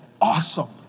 awesome